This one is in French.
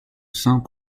saints